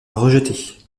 rejetée